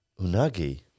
Unagi